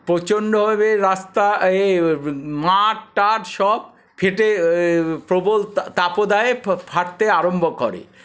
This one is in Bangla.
প্রচন্ডভাবে রাস্তা মাঠ টাঠ সব ফেটে প্রবল তাপদাহের ফাটতে আরম্ভ করে